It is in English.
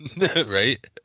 Right